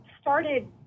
started